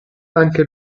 anche